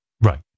Right